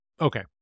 Okay